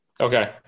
Okay